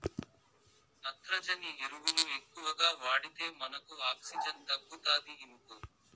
నత్రజని ఎరువులు ఎక్కువగా వాడితే మనకు ఆక్సిజన్ తగ్గుతాది ఇనుకో